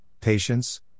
patience